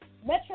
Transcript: Metro